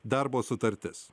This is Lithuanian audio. darbo sutartis